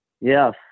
Yes